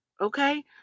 Okay